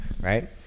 right